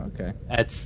Okay